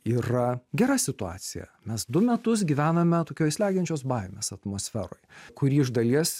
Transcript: yra gera situacija mes du metus gyvename tokioj slegiančios baimės atmosferoj kuri iš dalies